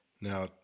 Now